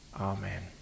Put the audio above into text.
amen